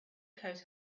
coat